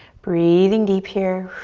breathing deep here.